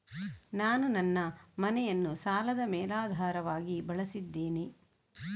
ನಾನು ನನ್ನ ಮನೆಯನ್ನು ಸಾಲದ ಮೇಲಾಧಾರವಾಗಿ ಬಳಸಿದ್ದೇನೆ